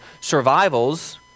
survivals